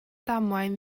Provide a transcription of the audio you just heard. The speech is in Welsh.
damwain